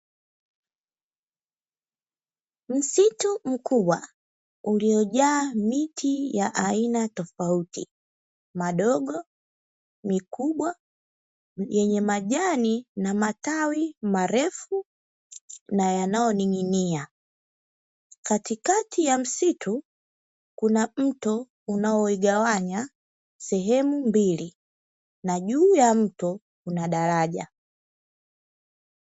Msitu mkubwa uliyojaa miti ya aina tofauti madogo, mikubwa yenye majani na matawi marefu na yanayoning'inia. Katikati ya msitu kuna mto unayoigawanya sehemu mbili na juu ya mto kuna daraja.